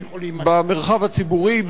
במרחב הציבורי,